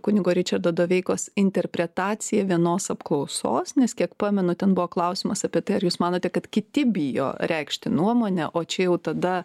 kunigo ričardo doveikos interpretacija vienos apklausos nes kiek pamenu ten buvo klausimas apie tai ar jūs manote kad kiti bijo reikšti nuomonę o čia jau tada